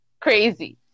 crazy